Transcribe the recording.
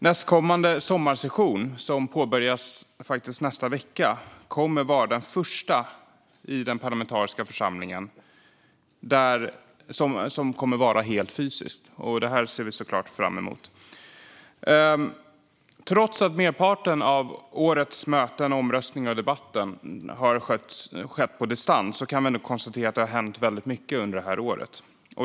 Nästkommande sommarsession, som påbörjas nästa vecka, kommer att vara den första i den parlamentariska församlingen som sker helt fysiskt. Det ser vi såklart fram emot. Trots att merparten av årets möten, omröstningar och debatter har skett på distans, kan vi nu konstatera att det har hänt mycket under året.